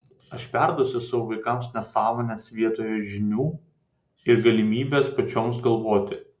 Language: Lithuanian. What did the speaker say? aš perduosiu savo vaikams nesąmones vietoj žinių ir galimybės pačioms galvoti